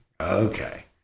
Okay